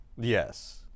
Yes